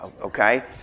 okay